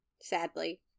Sadly